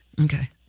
Okay